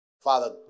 Father